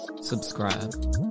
Subscribe